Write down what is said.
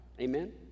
amen